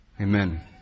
Amen